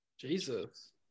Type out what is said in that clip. Jesus